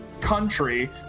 country